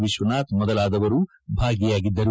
ವಿಶ್ವನಾಥ್ ಮೊದಲಾದವರು ಭಾಗಿಯಾಗಿದ್ದರು